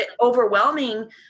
overwhelming